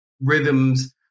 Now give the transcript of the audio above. rhythms